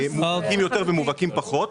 יש תחומים מובהקים יותר ומובהקים פחות,